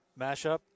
mashup